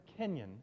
Kenyan